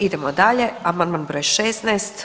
Idemo dalje, amandman broj 16.